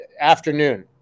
afternoon